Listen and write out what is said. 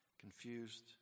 confused